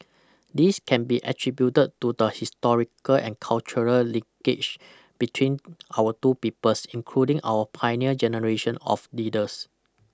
this can be attributed to the historical and cultural linkage between our two peoples including our pioneer generation of leaders